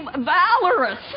valorous